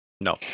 no